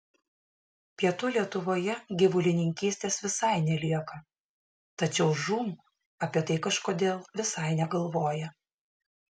pietų lietuvoje gyvulininkystės visai nelieka tačiau žūm apie tai kažkodėl visai negalvoja